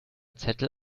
zettel